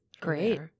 Great